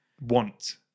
want